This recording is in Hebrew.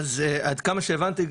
עד כמה שהבנתי,